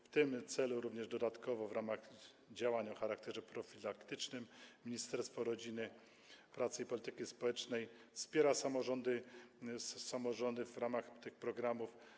W tym celu również dodatkowo w ramach działań o charakterze profilaktycznym Ministerstwo Rodziny, Pracy i Polityki Społecznej wspiera samorządy w ramach tych programów.